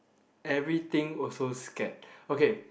everything also scared okay